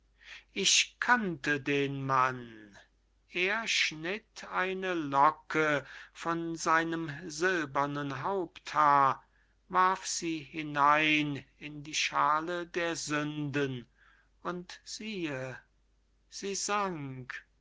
ich kannte den mann er schnitt eine locke von seinem silbernen haupthaar warf sie hinein in die schaale der sünden und siehe sie sank